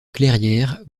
clairières